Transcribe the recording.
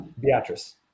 Beatrice